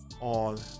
on